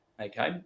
okay